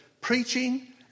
preaching